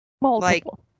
Multiple